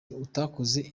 utakoze